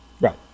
right